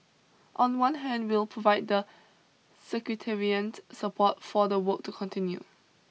on one hand we'll provide the secretariat support for the work to continue